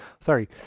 sorry